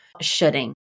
shooting